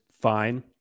fine